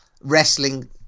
wrestling